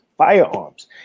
Firearms